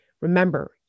Remember